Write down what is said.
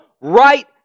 right